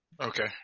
Okay